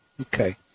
Okay